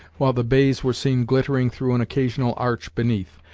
while the bays were seen glittering through an occasional arch beneath,